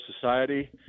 society